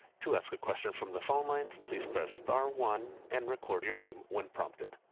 to ask a question from the phone lines, please press star one and record your name when prompted.